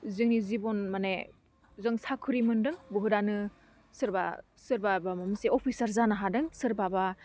जोंनि जिबन माने जों साख्रि मोनदों बुहुतआनो सोरबा सोरबा माबा मोनसे अफिसार जानो हादों सोरबाबा